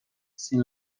sin